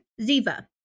Ziva